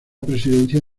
presidencia